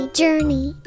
journey